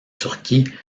turquie